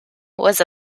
was